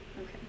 Okay